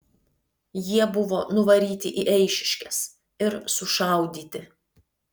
jie buvo nuvaryti į eišiškes ir sušaudyti